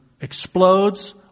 explodes